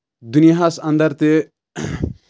دُنیہَس اَنٛدر تہِ